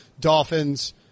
Dolphins